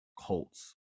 Colts